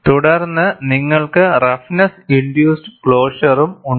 തുടർന്ന് നിങ്ങൾക്ക് roughness induced ക്ലോഷറും ഉണ്ട്